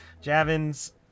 Javins